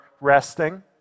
resting